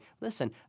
listen